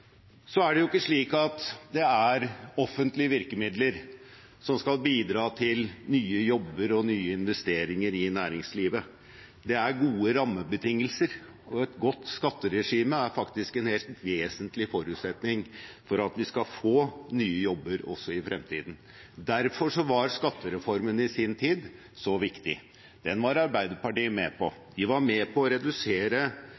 Så er det jo ikke slik at det er offentlige virkemidler som skal bidra til nye jobber og nye investeringer i næringslivet; det er gode rammebetingelser. Og et godt skatteregime er faktisk en helt vesentlig forutsetning for at vi skal få nye jobber også i fremtiden. Derfor var skattereformen i sin tid så viktig. Den var Arbeiderpartiet med